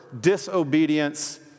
disobedience